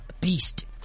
Beast